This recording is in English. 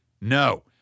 No